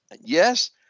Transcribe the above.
Yes